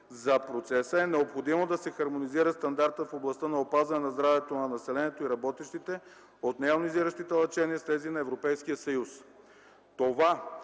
за процеса, е необходимо да се хармонизира стандарта в областта на опазване на здравето на населението и работещите от нейонизиращите лъчения с тези на Европейския съюз. Това